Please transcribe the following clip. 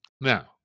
Now